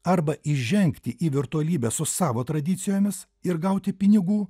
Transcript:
arba įžengti į virtualybę su savo tradicijomis ir gauti pinigų